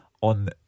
On